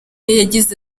yagize